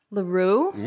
LaRue